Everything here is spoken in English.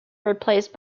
replaced